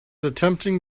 attempting